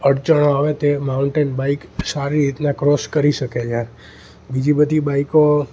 અડચણો આવે તે માઉન્ટેન બાઈક સારી રીતના ક્રોસ કરી શકે જે બીજી બધી બાઈકો